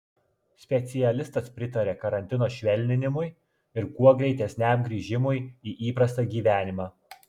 specialistas pritaria karantino švelninimui ir kuo greitesniam grįžimui į įprastą gyvenimą